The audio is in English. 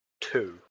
two